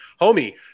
homie